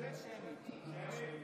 שמית.